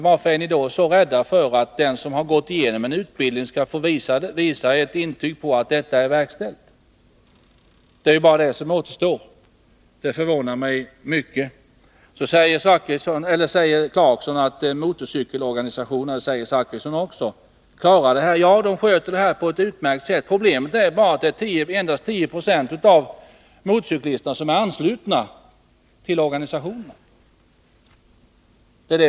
Varför är ni då så rädda för att den som har gått igenom en utbildning skall visa ett intyg på det? Det förvånar mig mycket. Rolf Clarkson och Bertil Zachrisson säger att motorcykelorganisationerna klarar detta. Ja, det gör de på ett utmärkt sätt. Problemet är bara att endast 10 26 av motorcyklisterna är anslutna till organisationerna.